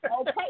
Okay